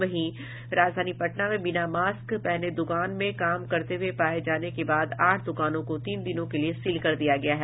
वहीं राजधानी पटना में बिना मास्क पहने दुकान में काम करते हुए पाये जाने के बाद आठ दुकानों को तीन दिनों के लिए सील कर दिया गया है